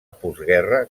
postguerra